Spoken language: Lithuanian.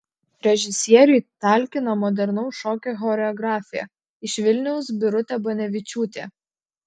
režisieriui talkina modernaus šokio choreografė iš vilniaus birutė banevičiūtė